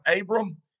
Abram